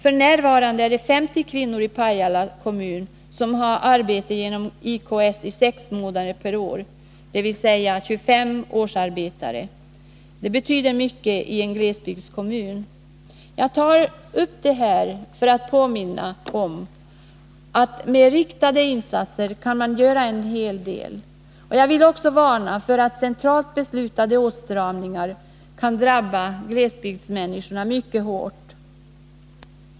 F.n. är det 50 kvinnor i Pajala kommun som har arbete genom IKS i sex månader per år, dvs. 25 årsarbetare. Det betyder mycket i en glesbygdskommun. Jag tar upp det här för att påminna om att med riktade insatser kan man göra en hel del. Jag vill också varna för att centralt beslutade åtstramningar kan drabba glesbygdsmänniskorna mycket hårt.